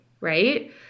right